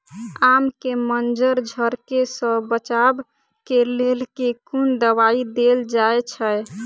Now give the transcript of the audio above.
आम केँ मंजर झरके सऽ बचाब केँ लेल केँ कुन दवाई देल जाएँ छैय?